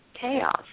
chaos